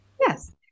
Yes